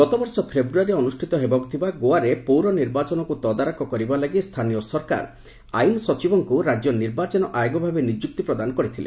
ଗତ ବର୍ଷ ଫେବୃୟାରୀରେ ଅନୁଷ୍ଠିତ ହେବାକୁ ଥିବା ଗୋଆରେ ପୌର ନିର୍ବାଚନକୁ ତଦାରଖ କରିବା ଲାଗି ସ୍ଥାନୀୟ ସରକାର ଆଇନ୍ ସଚିବଙ୍କୁ ରାଜ୍ୟ ନିର୍ବାଚନ ଆୟୋଗ ଭାବେ ନିଯୁକ୍ତି ପ୍ରଦାନ କରିଥିଲେ